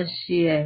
अशी आहे